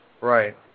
Right